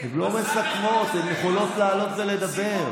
הן לא מסכמות, הן יכולות לעלות ולדבר.